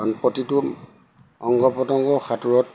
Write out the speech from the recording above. কাৰণ প্ৰতিটো অংগ পতংগ সাঁতোৰত